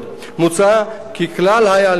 מוצע כי כלל ההליכים,